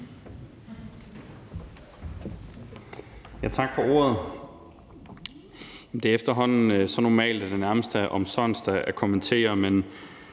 Tak for ordet.